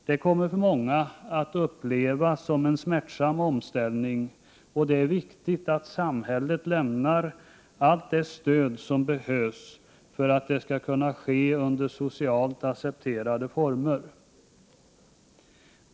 Det kommer av många att upplevas som en smärtsam omställning, och det är viktigt att samhället lämnar det stöd som behövs för att detta skall kunna ske under socialt accepterade former.